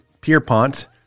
Pierpont